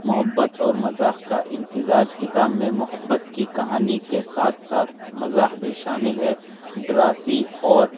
محبت اور مزاح کا امتزاج کتاب میں محبت کی کہانی کے ساتھ ساتھ مزاح بھی شامل ہے ڈراسی اور